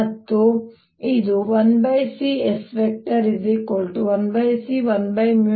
ಮತ್ತು ಇದು ಬೇರೇನೂ ಆಗುವುದಿಲ್ಲ 1c